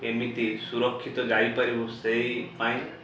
କେମିତି ସୁରକ୍ଷିତ ଯାଇପାରିବୁ ସେଇପାଇଁ